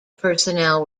personnel